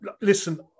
listen